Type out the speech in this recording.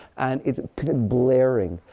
and it's blaring.